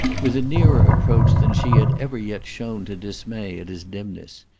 with a nearer approach than she had ever yet shown to dismay at his dimness.